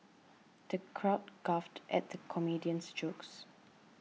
the crowd guffawed at the comedian's jokes